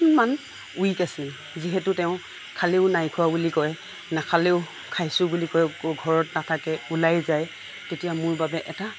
অকণমান ৱিক আছিল যিহেতু তেওঁ খালেও নাই খোৱা বুলি কয় নাখালেও খাইছোঁ বুলি কয় আকৌ ঘৰত নাথাকে ওলাই যায় তেতিয়া মোৰ বাবে এটা